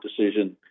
decision